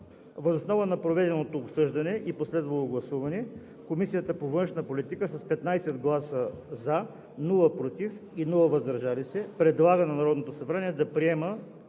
Въз основа на проведеното обсъждане и последвалото гласуване Комисията по външна политика с 15 гласа „за“, без „против“ и „въздържал се“ предлага на Народното събрание да приеме